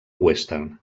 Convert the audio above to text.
western